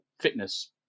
fitness